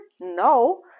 No